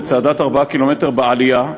לצעדת 4 ק"מ בעלייה,